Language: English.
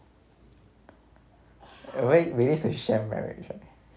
really is a sham marriage right